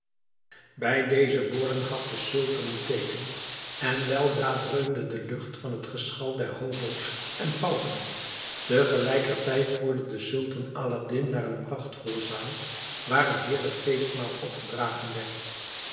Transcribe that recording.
bij deze woorden gaf de sultan een teeken en weldra dreunde de lucht van het geschal der hobo's en pauken tegelijkertijd voerde de sultan aladdin naar een prachtvolle zaal waar een heerlijk feestmaal opgedragen werd